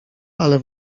ale